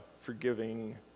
forgiving